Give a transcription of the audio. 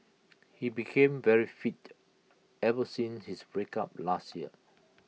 he became very fit ever since his breakup last year